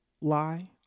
lie